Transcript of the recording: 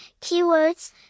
Keywords